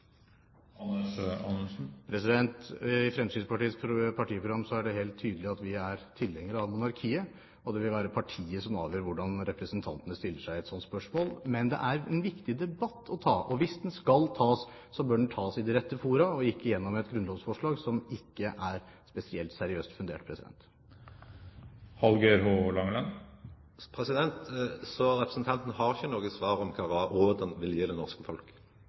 I Fremskrittspartiets partiprogram er det helt tydelig at vi er tilhengere av monarkiet, og det vil være partiet som avgjør hvordan representantene stiller seg i et slikt spørsmål. Men det er en viktig debatt å ta, og hvis den skal tas, bør den tas i de rette fora, og ikke gjennom et grunnlovsforslag som ikke er spesielt seriøst fundert. Så representanten har ikkje noko svar på kva råd han ville gje det norske folk?